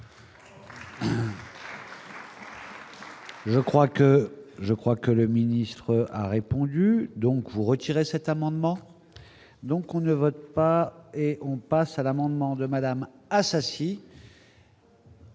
je crois que le ministre a répondu donc vous retirer cet amendement, donc on ne vote pas et on passe à l'amendement de Madame Assassi.